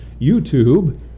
YouTube